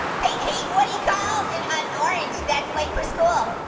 hey, hey, what do you call and an orange that's late for school?